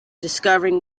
discovering